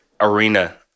arena